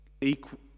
equal